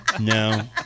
No